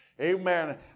amen